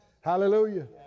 Hallelujah